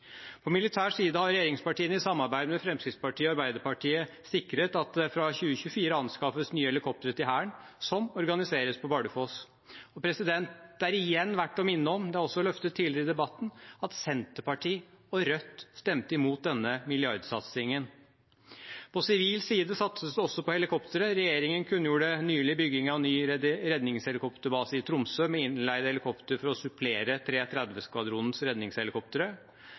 På militær side har regjeringspartiene i samarbeid med Fremskrittspartiet og Arbeiderpartiet sikret at det fra 2024 anskaffes nye helikoptre til Hæren, som organiseres på Bardufoss. Det er igjen verdt å minne om – det er også løftet tidligere i debatten – at Senterpartiet og Rødt stemte imot denne milliardsatsingen. På sivil side satses det også på helikoptre. Regjeringen kunngjorde nylig bygging av ny redningshelikopterbase i Tromsø med innleid helikopter for å supplere 330-skvadronens redningshelikoptre.